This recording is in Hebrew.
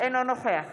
אינו נוכח